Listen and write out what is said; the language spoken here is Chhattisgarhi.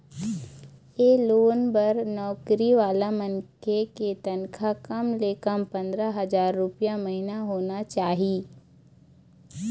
ए लोन बर नउकरी वाला मनखे के तनखा कम ले कम पंदरा हजार रूपिया महिना होना चाही